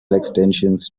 extensions